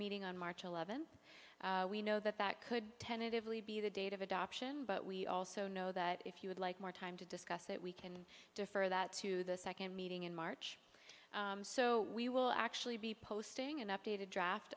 meeting on march eleventh we know that that could tentative be the date of adoption but we also know that if you would like more time to discuss it we can defer that to the second meeting in march so we will actually be posting an updated draft